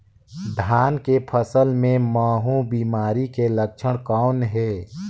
धान के फसल मे महू बिमारी के लक्षण कौन हे?